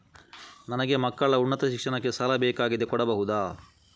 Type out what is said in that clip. ನನಗೆ ಮಕ್ಕಳ ಉನ್ನತ ಶಿಕ್ಷಣಕ್ಕೆ ಸಾಲ ಬೇಕಾಗಿದೆ ಕೊಡಬಹುದ?